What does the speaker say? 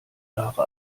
jahre